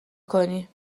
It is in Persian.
کنی